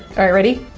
alright ready?